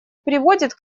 приводит